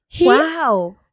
Wow